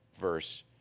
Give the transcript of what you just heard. verse